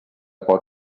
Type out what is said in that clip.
qual